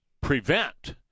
prevent